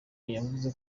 yavuze